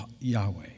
Yahweh